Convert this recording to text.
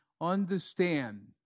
understand